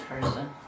person